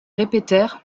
répétèrent